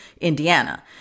Indiana